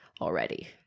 already